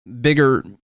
bigger